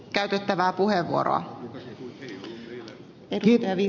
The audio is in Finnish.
kiitos rouva puhemies